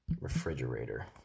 refrigerator